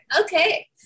Okay